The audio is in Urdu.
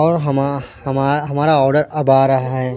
اور ہما ہمارا آڈر اب آ رہا ہے